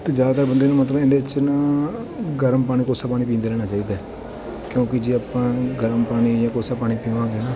ਅਤੇ ਜ਼ਿਆਦਾਤਰ ਬੰਦੇ ਨੂੰ ਮਤਲਬ ਇਹਦੇ 'ਚ ਨਾ ਗਰਮ ਪਾਣੀ ਕੋਸਾ ਪਾਣੀ ਪੀਂਦੇ ਰਹਿਣਾ ਚਾਹੀਦਾ ਕਿਉਂਕਿ ਜੇ ਆਪਾਂ ਗਰਮ ਪਾਣੀ ਜਾਂ ਕੋਸਾ ਪਾਣੀ ਪੀਵਾਂਗੇ ਨਾ